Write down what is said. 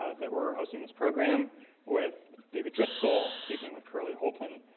ah that we're hosting this program with david driskell, speaking with curlee holton,